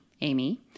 Amy